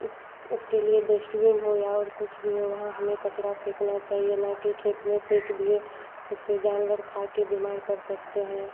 उस उसके लिए डश्टबिन हो या और कुछ भी हो वहाँ हमें कचरा फेंकना चाहिए ना कि खेत में फेंक दिए उसे जानवर खाकर बीमार पड़ सकते हैं